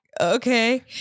Okay